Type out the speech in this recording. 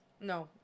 No